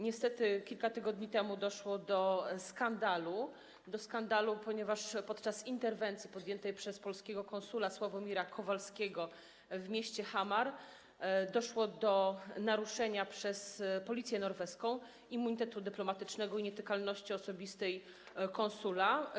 Niestety kilka tygodni temu doszło do skandalu, ponieważ podczas interwencji podjętej przez polskiego konsula Sławomira Kowalskiego w mieście Hamar doszło do naruszenia przez policję norweską immunitetu dyplomatycznego i nietykalności osobistej konsula.